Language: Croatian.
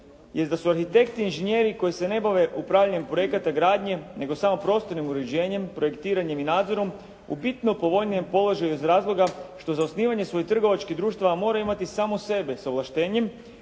jest da su arhitekti i inženjeri koji se ne bave upravljanjem projekata gradnje, nego samo prostornim uređenjem, projektiranjem i nadzorom u bitno povoljnijem položaju iz razloga što za osnivanje svojih trgovačkih društava moraju imati samo sebe s ovlaštenjem